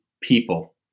people